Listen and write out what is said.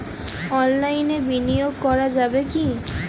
অনলাইনে বিনিয়োগ করা যাবে কি?